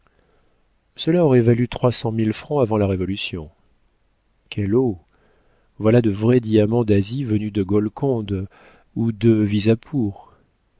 cela aurait valu trois cent mille francs avant la révolution quelle eau voilà de vrais diamants d'asie venus de golconde ou de